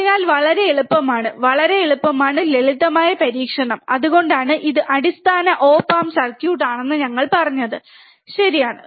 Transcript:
അതിനാൽ വളരെ എളുപ്പമാണ് വളരെ എളുപ്പമാണ് ലളിതമായ പരീക്ഷണം അതുകൊണ്ടാണ് ഇത് അടിസ്ഥാന ഓപ് ആം സർക്യൂട്ടുകളാണെന്ന് ഞങ്ങൾ പറഞ്ഞത് ശരിയാണ്